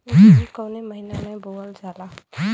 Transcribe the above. गेहूँ कवने महीना में बोवल जाला?